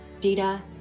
data